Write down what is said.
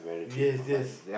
yes that's